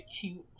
cute